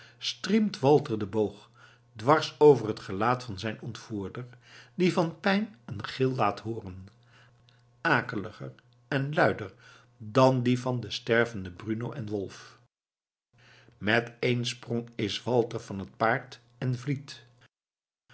striemt walter den boog dwars over het gelaat van zijn ontvoerder die van pijn een gil laat hooren akeliger en luider dan die van den stervenden bruno en wolf met één sprong is walter van het paard en vliedt